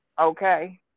okay